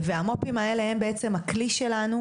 המו"פים האלה הם בעצם הכלי שלנו